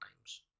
times